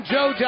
Joe